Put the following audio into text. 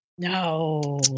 No